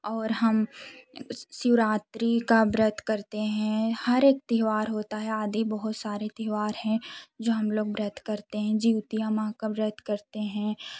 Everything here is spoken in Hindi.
हम शिवरात्री का व्रत करते हैं हर एक त्योवार होता है आदि बहुत सारे त्योहार हैं जो हम लोग व्रत करते हैं जिउतिया माँ का व्रत करते हैं